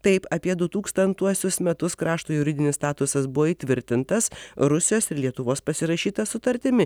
taip apie du tūkstantuosius metus krašto juridinis statusas buvo įtvirtintas rusijos ir lietuvos pasirašyta sutartimi